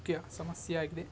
ಒಂದು ಮುಖ್ಯ ಸಮಸ್ಯೆಯಾಗಿದೆ